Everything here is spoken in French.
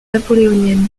napoléoniennes